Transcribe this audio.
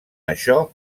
això